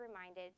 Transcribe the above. reminded